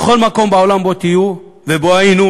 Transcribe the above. בכל מקום בעולם שבו תהיו ובו היינו,